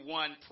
one